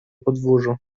podwórzu